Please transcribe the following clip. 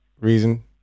Reason